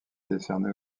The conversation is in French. décernée